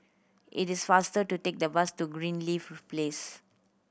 it is faster to take the bus to Greenleaf Place